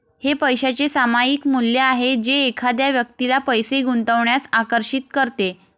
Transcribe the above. हे पैशाचे सामायिक मूल्य आहे जे एखाद्या व्यक्तीला पैसे गुंतवण्यास आकर्षित करते